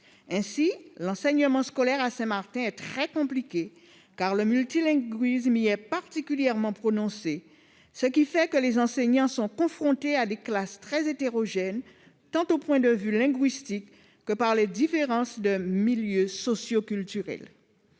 Ainsi l'enseignement scolaire à Saint-Martin est-il très compliqué, car le multilinguisme y est particulièrement prononcé. En conséquence, les enseignants sont confrontés à des classes très hétérogènes, tant du point de vue linguistique que par les différences de milieux socioculturels.